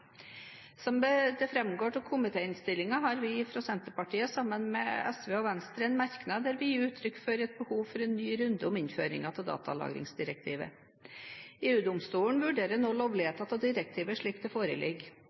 Som det framgår av komitéinnstillingen, har vi i Senterpartiet, sammen med SV og Venstre, en merknad der vi gir uttrykk for et behov for en ny runde om innføringen av datalagringsdirektivet. EU-domstolen vurderer nå lovligheten av direktivet slik det